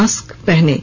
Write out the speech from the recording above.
mask पहनें